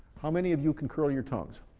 how many of you can curl your tongues?